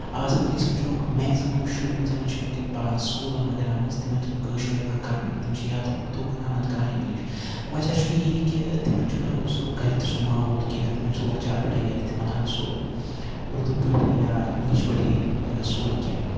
آز اَگر أسۍ وٕچھو میگزِمم شُرۍ یِم زَن چھِ وٕنکیٚن پران سکوٗلن وغیرہ منٛز تِمن چھنہٕ کٲشُر تَگان کرنُے تِم چھِ یا تو اردوٗ کران نتہٕ کران اِنگلِش وجہہ چھُ یی کہِ تِمن چھُ نہٕ سُہ گرِ تہِ سُہ ماحول کیٚنہہ تِمن چھِ لۄکچار پٮ۪ٹھٕے گرِ تہِ وَنان سُہ اردوٗ پٲٹھی یا اِنگلِش پٲٹھی سورُے کیٚنہہ